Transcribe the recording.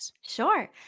Sure